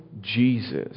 Jesus